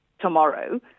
tomorrow